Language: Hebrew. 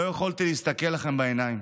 לא יכולתי להסתכל לכם בעיניים.